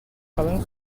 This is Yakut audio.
халыҥ